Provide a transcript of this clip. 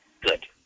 Good